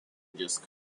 just